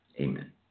Amen